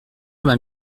vingt